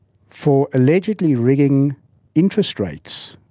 for allegedly rigging interest rates,